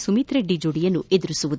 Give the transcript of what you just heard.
ಸುಮಿತ್ ರೆಡ್ಡಿ ಜೋಡಿಯನ್ನು ಎದುರಿಸಲಿದೆ